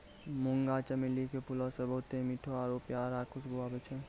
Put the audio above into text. मुंगा चमेली के फूलो से बहुते मीठो आरु प्यारा खुशबु आबै छै